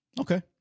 Okay